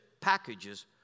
packages